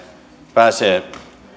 pääsee